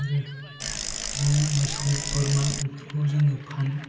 आरो बिदिनो मोसौ बोरमा बिफोरखौ जोङो फानो